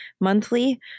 monthly